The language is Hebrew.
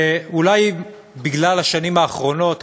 ואולי בגלל השנים האחרונות,